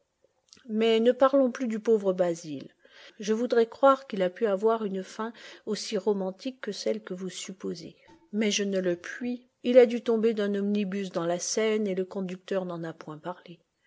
mais ne parlons plus du pauvre basil je voudrais croire qu'il a pu avoir une fin aussi romantique que celle que vous supposez mais je ne le puis il a dû tomber d'un omnibus dans la seine et le conducteur n'en a point parlé